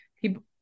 people